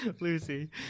Lucy